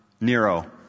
Nero